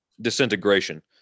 disintegration